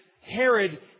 Herod